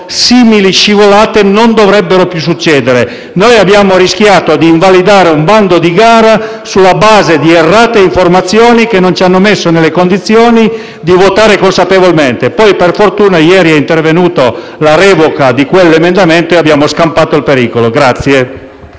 simili scivolate non dovrebbero più succedere. Abbiamo rischiato di invalidare un bando di gara sulla base di errate informazioni, che non ci hanno messo nelle condizioni di votare consapevolmente. Poi, per fortuna, ieri è intervenuto il ritiro di quell'emendamento e abbiamo scampato il pericolo.